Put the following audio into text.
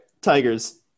Tigers